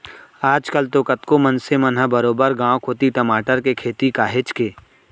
आज कल तो कतको मनसे मन ह बरोबर गांव कोती टमाटर के खेती काहेच के